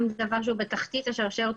גם דבר שהוא בתחתית השרשרת,